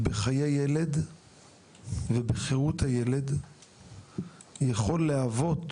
בחיי ילד ובחירות הילד יכול להוות